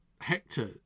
hector